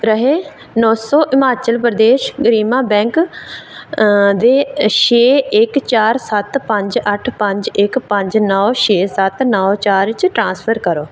त्रैहे नौ सौ हिमाचल प्रदेश गरीमा बैंक दे छे इक चार सत्त पंज अट्ठ पंज इक पंज नौ छे सत्त नौ चार इच ट्रांसफर करो